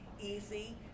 Easy